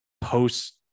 post